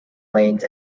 lanes